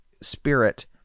spirit